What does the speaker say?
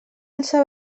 alça